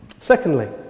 Secondly